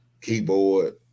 keyboard